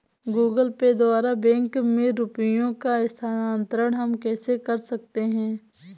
Google Pay द्वारा bank में रुपयों का स्थानांतरण हम कैसे कर सकते हैं?